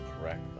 correct